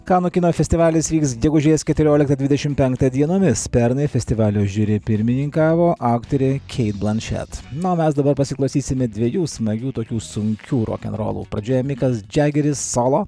kanų kino festivalis vyks gegužės keturioliktą dvidešimt penktą dienomis pernai festivalio žiuri pirmininkavo aktorė kei blanšet na o mes dabar pasiklausysime dviejų smagių tokių sunkių rokenrolų pradžioje mikas džiagiris solo